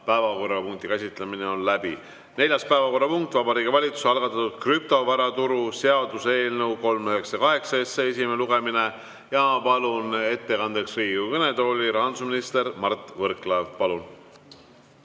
päevakorrapunkti käsitlemine on läbi. Neljas päevakorrapunkt: Vabariigi Valitsuse algatatud krüptovaraturu seaduse eelnõu 398 esimene lugemine. Ma palun ettekandeks Riigikogu kõnetooli rahandusminister Mart Võrklaeva.